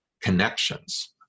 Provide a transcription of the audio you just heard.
connections